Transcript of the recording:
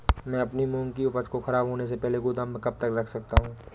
मैं अपनी मूंग की उपज को ख़राब होने से पहले गोदाम में कब तक रख सकता हूँ?